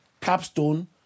capstone